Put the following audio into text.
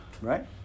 Right